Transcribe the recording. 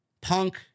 Punk